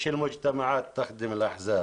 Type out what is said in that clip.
הציבור לא משרת את המפלגות.